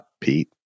Pete